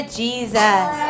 jesus